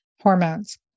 hormones